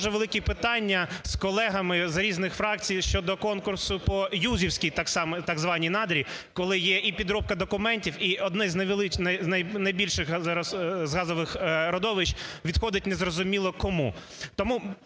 дуже велике питання з колегами з різних фракцій щодо конкурсу по Юзівській так званій надрі, коли є і підробка документів, і одне із найбільших з газових родовищ відходить незрозуміло кому.